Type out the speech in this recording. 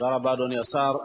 תודה רבה, אדוני השר.